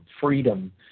freedom